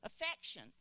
affection